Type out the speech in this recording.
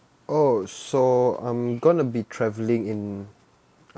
oh so I'm gonna be travelling in